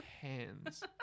hands